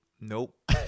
nope